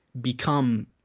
become